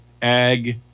ag